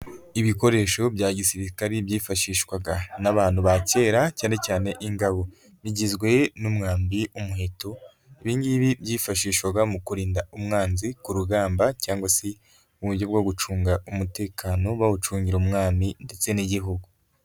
Ibikoresho bya gisirikare byifashishwaga n'abantu ba kera cyane cyane ingabo bigizwe n'umwambi, umuheto, ibi ngibi byifashishwaga mu kurinda umwanzi ku rugamba cyangwa se uburyo bwo gucunga umutekano bawucungira umwami ndetse n'igihugu.